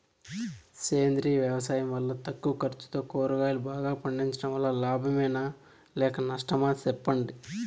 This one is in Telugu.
సేంద్రియ వ్యవసాయం వల్ల తక్కువ ఖర్చుతో కూరగాయలు బాగా పండించడం వల్ల లాభమేనా లేక నష్టమా సెప్పండి